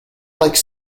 like